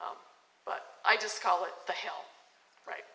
but i just call it the hill right